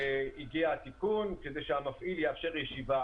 היא תהיה התיקון כדי שהמפעיל יאפשר ישיבה.